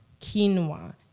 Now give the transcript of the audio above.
quinoa